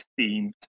themed